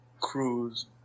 cruise